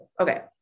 Okay